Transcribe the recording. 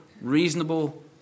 reasonable